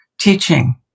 teaching